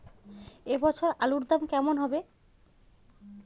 এ বছর আলুর দাম কেমন হবে?